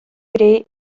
ere